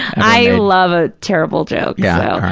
i love a terrible joke yeah,